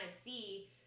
see